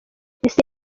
ese